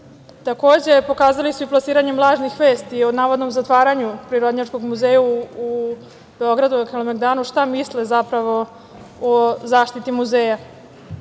Takođe, pokazali su i plasiranjem lažnih vesti o navodnom zatvaranju Prirodnjačkog muzeja u Beogradu, na Kalemegdanu, šta misle o zaštiti muzeja. To